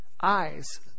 eyes